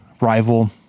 rival